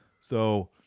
So-